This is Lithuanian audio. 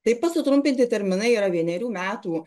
taip pat sutrumpinti terminai yra vienerių metų